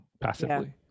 passively